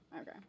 Okay